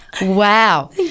Wow